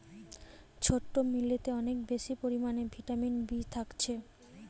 ছোট্ট মিলেতে অনেক বেশি পরিমাণে ভিটামিন বি থাকছে